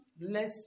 less